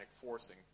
forcing